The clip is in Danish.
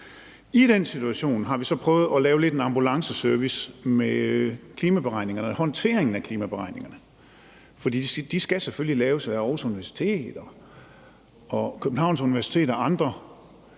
I den situation har vi så prøvet at lave lidt en ambulanceservice for håndteringen af klimaberegningerne, for de skal selvfølgelig laves af videnskabsfolk på Aarhus Universitet og Københavns Universitet og andre